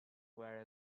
where